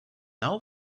all